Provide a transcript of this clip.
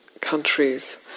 countries